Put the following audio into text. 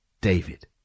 David